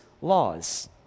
laws